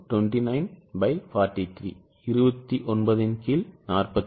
29 by 43